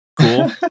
cool